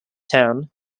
town